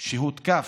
שהותקף.